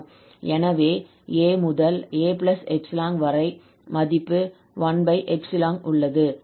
எனவே 𝑎 முதல் 𝑎 𝜖 வரை மதிப்பு 1 உள்ளது